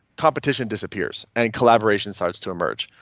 competition disappears and collaboration starts to emerge.